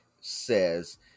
says